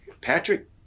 Patrick